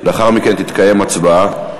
לאחר מכן תתקיים הצבעה.